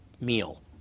meal